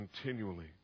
continually